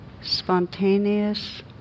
spontaneous